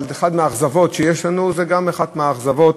אבל זו אחת מהאכזבות שיש לנו, זו גם אחת מהאכזבות